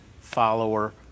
follower